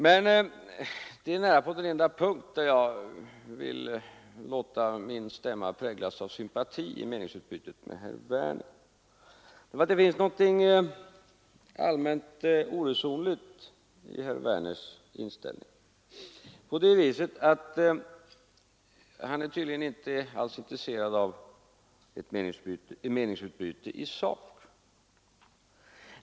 Men detta är nästan den enda punkt där jag vill låta min stämma präglas av sympati i meningsutbytet med herr Werner, därför att det finns något allmänt oresonligt i herr Werners inställning i så måtto att han tydligen inte alls är intresserad av ett meningsutbyte i sak.